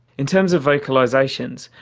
in terms of vocalisations,